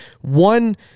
one